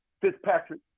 Fitzpatrick